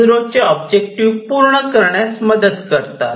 0 चे ऑब्जेक्टिव्ह पूर्ण करण्यास मदत करतात